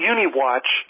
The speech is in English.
Uniwatch